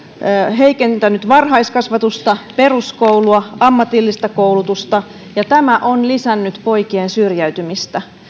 heikentänyt varhaiskasvatusta peruskoulua ammatillista koulutusta ja tämä on lisännyt poikien syrjäytymistä